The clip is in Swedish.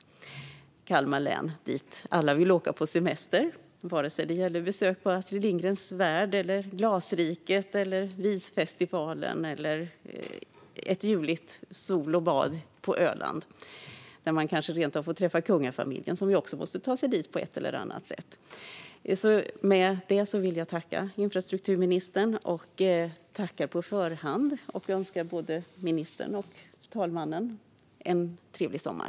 Till Kalmar län vill alla åka på semester, vare sig det gäller besök på Astrid Lindgrens Värld, Glasriket, Visfestivalen eller ljuvligt solande och badande på Öland, där man kanske rent av får träffa kungafamiljen, som också måste ta sig dit på ett eller annat sätt. Med detta vill jag tacka infrastrukturministern på förhand. Jag önskar både ministern och herr talmannen en trevlig sommar.